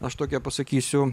aš tokią pasakysiu